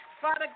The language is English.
Father